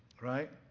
Right